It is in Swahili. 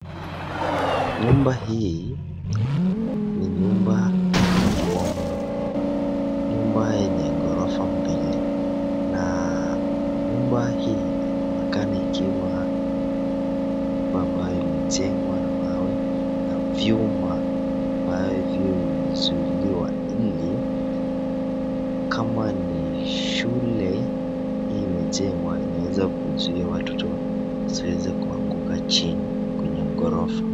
Nyumba hii ni nyumba kubwa mno, nyumba yenye gorofa mbili na nyumba hii inaonekana ikiwa nyumba ambayo imejengwa na mawe na vyuma ambavyo imezuiliwa ili kama ni shule imejengwa, inaeza kuzuia watoto wasiweze kuanguka chini kwenye ghorofa.